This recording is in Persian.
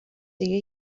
دیگه